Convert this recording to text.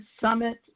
summit